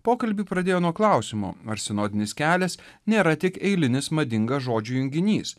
pokalbį pradėjo nuo klausimo ar sinodinis kelias nėra tik eilinis madingas žodžių junginys